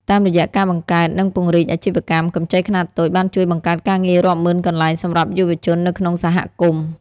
តាមរយៈការបង្កើត និងពង្រីកអាជីវកម្ម កម្ចីខ្នាតតូចបានជួយបង្កើតការងាររាប់ម៉ឺនកន្លែងសម្រាប់យុវជននៅក្នុងសហគមន៍។